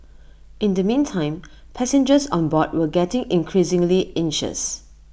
in the meantime passengers on board were getting increasingly anxious